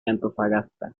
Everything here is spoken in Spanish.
antofagasta